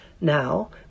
Now